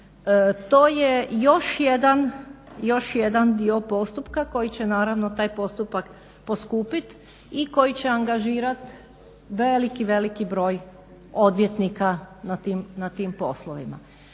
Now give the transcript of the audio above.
To je još jedan dio postupka koji će naravno taj postupak poskupiti i koji će angažirati veliki, veliki broj odvjetnika na tim poslovima.